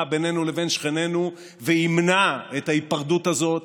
בינינו לבין שכנינו וימנע את ההיפרדות הזאת